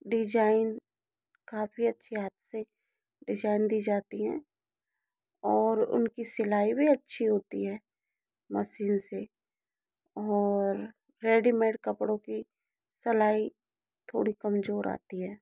design काफ़ी अच्छी हाथ से डिजाइन दी जाती है और उन की सिलाई भी अच्छी होती है मसीन से और रेडीमेड कपड़ों की सलाई थोड़ी कमजोर आती है